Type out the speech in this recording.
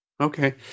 Okay